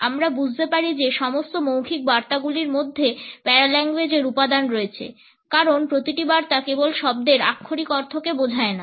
আমরা বুঝতে পারি যে সমস্ত মৌখিক বার্তাগুলির মধ্যে প্যারাল্যাঙ্গুয়েজের উপাদান রয়েছে কারণ প্রতিটি বার্তা কেবল শব্দের আক্ষরিক অর্থকে বোঝায় না